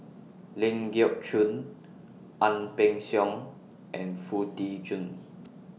Ling Geok Choon Ang Peng Siong and Foo Tee Jun